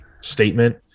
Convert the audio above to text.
statement